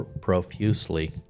profusely